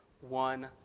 one